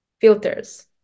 filters